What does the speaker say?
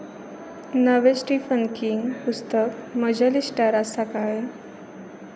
नवें Stephen King पुस्तक म्हज्या लिस्टार आसा काय